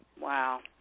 Wow